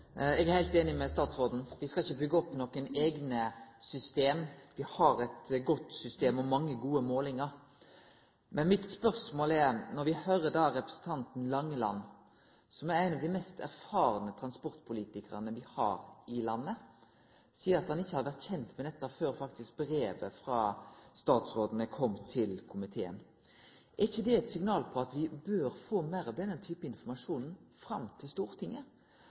Eg er heilt einig med statsråden. Me skal ikkje byggje opp nokre eigne system, me har eit godt system og mange gode målingar. Men spørsmåla mine er: Når me høyrer representanten Langeland – som er ein av dei mest erfarne transportpolitikarane me har i landet – seie at han faktisk ikkje har vore kjent med dette før brevet frå statsråden kom til komiteen, er ikkje det eit signal om at me bør få meir av denne type informasjon fram til Stortinget?